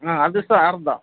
ಹಾಂ ಅದು ಸಹ ಅರ್ಧ